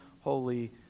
Holy